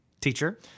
teacher